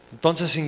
Entonces